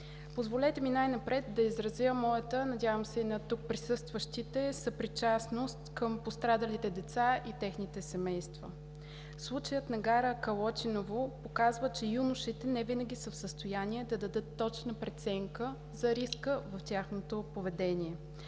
позволете ми най-напред да изразя моята, а надявам се и на присъстващите тук, съпричастност към пострадалите деца и техните семейства. Случаят на гара Калитиново показва, че юношите невинаги са в състояние да дадат точна преценка за риска в тяхното поведение.